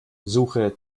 suche